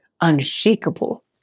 unshakable